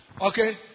Okay